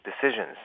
decisions